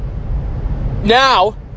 Now